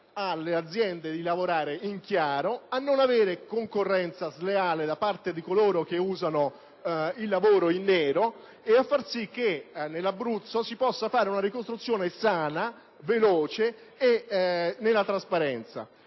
alle aziende di lavorare in chiaro, di non subire la concorrenza sleale di coloro che si avvalgono del lavoro in nero e a far sì che in Abruzzo si possa fare una ricostruzione sana, veloce e nella trasparenza.